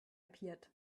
appeared